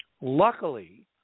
Luckily